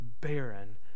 barren